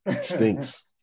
stinks